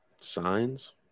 Signs